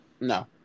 No